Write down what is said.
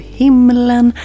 himlen